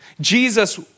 Jesus